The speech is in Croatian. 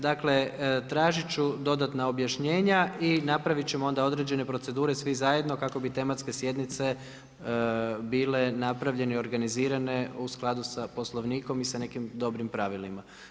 Dakle tražiti ću dodatna objašnjenja i napraviti ćemo onda određene procedure svi zajedno kako bi tematske sjednice bile napravljene i organizirane u skladu sa Poslovnikom i sa nekim dobrim pravilima.